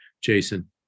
Jason